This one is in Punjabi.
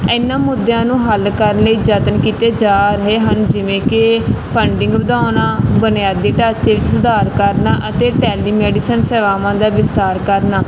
ਇਹਨਾਂ ਮੁੱਦਿਆਂ ਨੂੰ ਹੱਲ ਕਰਨ ਲਈ ਯਤਨ ਕੀਤੇ ਜਾ ਰਹੇ ਹਨ ਜਿਵੇਂ ਕਿ ਫੰਡਿੰਗ ਵਧਾਉਣਾ ਬੁਨਿਆਦੀ ਢਾਚੇ ਵਿੱਚ ਸੁਧਾਰ ਕਰਨਾ ਅਤੇ ਟੈਲੀਮੈਡੀਸਨ ਸੇਵਾਵਾਂ ਦਾ ਵਿਸਥਾਰ ਕਰਨਾ